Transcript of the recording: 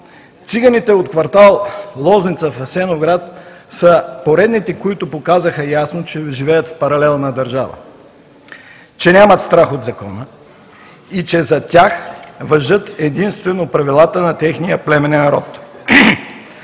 циганите от квартал „Лозница“ в Асеновград са поредните, които показаха ясно, че живеят в паралелна държава, че нямат страх от закона и че за тях важат единствено правилата на техния племенен род.